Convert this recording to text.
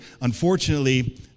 unfortunately